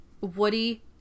Woody